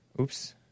Oops